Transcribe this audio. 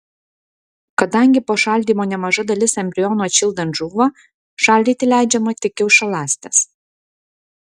kadangi po šaldymo nemaža dalis embrionų atšildant žūva šaldyti leidžiama tik kiaušialąstes